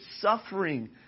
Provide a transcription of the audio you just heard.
suffering